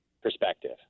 Perspective